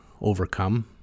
overcome